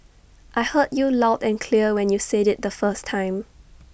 I heard you loud and clear when you said IT the first time